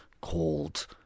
called